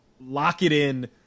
lock-it-in